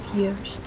years